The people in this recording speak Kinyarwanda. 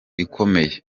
ikomeye